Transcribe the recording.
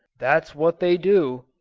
that's what they do.